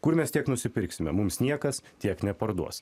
kur mes tiek nusipirksime mums niekas tiek neparduos